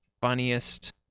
Funniest